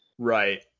Right